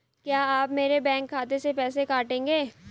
क्या आप मेरे बैंक खाते से पैसे काटेंगे?